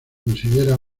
considera